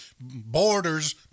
borders